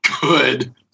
Good